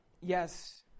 Yes